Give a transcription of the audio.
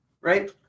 right